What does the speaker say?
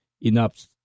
enough